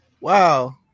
Wow